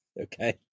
Okay